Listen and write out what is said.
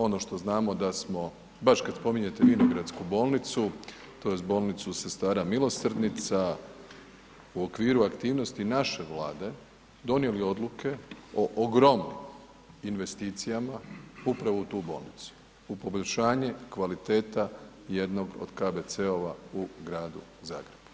Ono što znamo da smo baš kada spominjete Vinogradsku bolnicu, tj. Bolnicu Sestara milosrdnica u okviru aktivnosti naše Vlade donijeli odluke o ogromnim investicijama upravo u tu bolnicu, u poboljšanje kvaliteta jednog od KBC-ova u gradu Zagrebu,